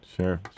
Sure